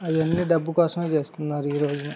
అవన్నీ డబ్బు కోసమే చేస్తున్నారు ఈరోజున